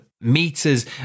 meters